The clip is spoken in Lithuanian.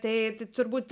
tai turbūt